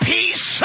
Peace